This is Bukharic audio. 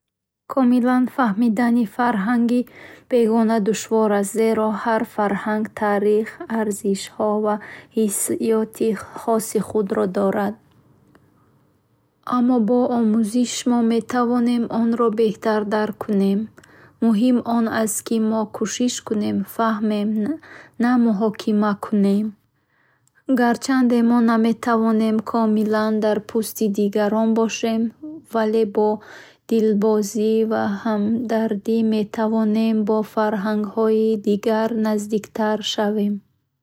Комилан фаҳмидани фарҳанги бегона душвор аст, зеро ҳар фарҳанг таърих, арзишҳо ва ҳиссиёти хоси худро дорад. Аммо бо омӯзиш, метавонем онро беҳтар дарк кунем. Муҳим он аст, ки мо кушиш кунем фаҳмем, на муҳокима кунем. Гарчанде мо наметавонем комилан дар пӯсти дигарон бошем, вале бо дилбозӣ ва ҳамдардӣ метавонем ба фарҳангҳои дигар наздиктар шавем.